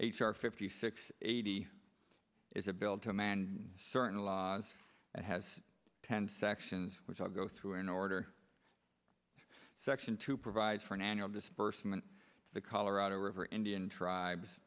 r fifty six eighty is a bill to man certain laws and has ten sections which i'll go through in order section to provide for an annual disbursement of the colorado river indian tribes